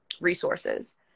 resources